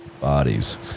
bodies